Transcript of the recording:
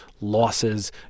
losses